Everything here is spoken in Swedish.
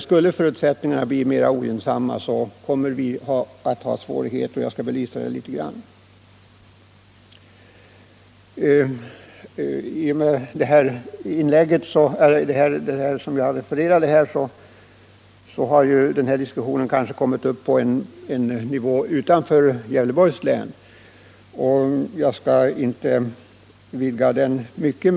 Skulle förutsättningarna bli mera ogynnsamma kommer vi att ha svårigheter, och jag skall senare säga några ord om det. Genom det uttalande som jag citerade har diskussionen kanske kommit 131 upp på en nivå som ligger utanför Gävleborgs län och jag skall inte vidga den mycket.